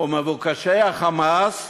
מבוקש ה"חמאס"